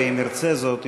אם ירצה זאת,